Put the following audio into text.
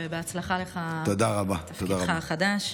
ובהצלחה לך בתפקידך החדש.